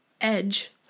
edge